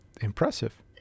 impressive